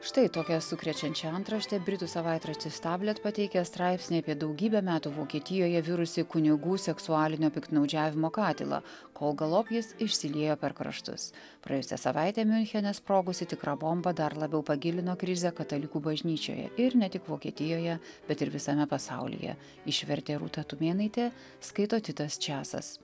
štai tokia sukrečiančia antrašte britų savaitraštis tablet pateikė straipsnį apie daugybę metų vokietijoje virusį kunigų seksualinio piktnaudžiavimo katilą kol galop jis išsiliejo per kraštus praėjusią savaitę miunchene sprogusi tikra bomba dar labiau pagilino krizę katalikų bažnyčioje ir ne tik vokietijoje bet ir visame pasaulyje išvertė rūta tumėnaitė skaito titas česas